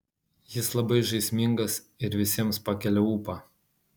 jis labai žaismingas ir visiems pakelia ūpą